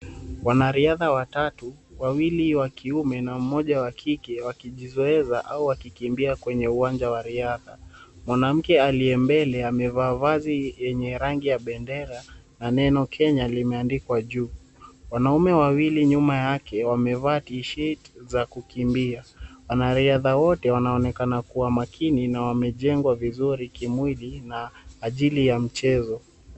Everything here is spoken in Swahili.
Wanariadha watatu wawili wakiume na mmoja wa kike wakijizoeza au wakikimbia kwenye uwanja wa riadha. Mwanamke aliyembele amevaa vazi yenye rangi ya bendera na neno Kenya limeandikwa juu. Wanaume wawili nyuma yake wamevaa tisheti za kukimbia. Wanariadha wote wanaonekana kuwa makini na wamejengwa vizuri kimwili na ajili ya mchezo.